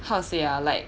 how to say ah like